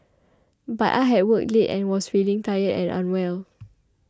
but I had worked late and was feeling tired and unwell